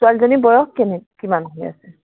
ছোৱালীজনীৰ বয়স কেনে কিমান হ'ব